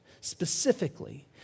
specifically